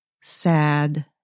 sad